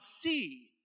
see